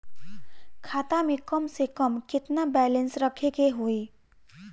खाता में कम से कम केतना बैलेंस रखे के होईं?